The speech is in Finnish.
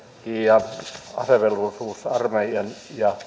ja asevelvollisuusarmeijan ja